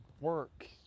work